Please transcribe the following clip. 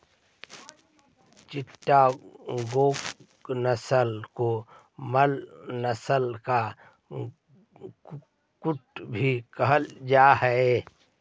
चिटागोंग नस्ल को मलय नस्ल का कुक्कुट भी कहल जा हाई